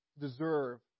deserve